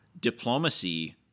diplomacy